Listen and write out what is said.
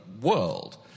world